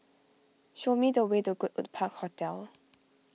show me the way to Goodwood Park Hotel